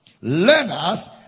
Learners